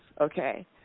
okay